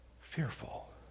fearful